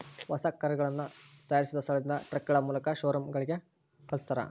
ಹೊಸ ಕರುಗಳನ್ನ ತಯಾರಿಸಿದ ಸ್ಥಳದಿಂದ ಟ್ರಕ್ಗಳ ಮೂಲಕ ಶೋರೂಮ್ ಗಳಿಗೆ ಕಲ್ಸ್ತರ